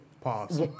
Pause